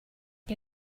you